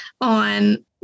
on